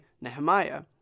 Nehemiah